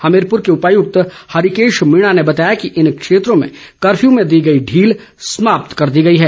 हमीरपुर के उपायुक्त हरीकेश मीणा ने बताया कि इन क्षेत्रों में कफ्यू में दी गई ढील समाप्त कर दी गई है